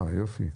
יופי.